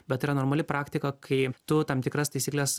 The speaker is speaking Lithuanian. bet yra normali praktika kai tu tam tikras taisykles